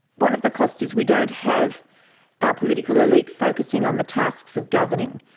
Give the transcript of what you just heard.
one of the costs is we don't have our political elite focusing on the tasks of governing.